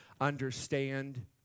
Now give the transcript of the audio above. understand